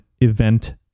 event